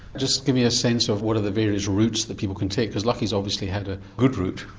just give me a sense of what are the various routes that people can take, because lucky has obviously had a good route?